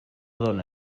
dóna